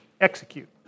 execute